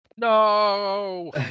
No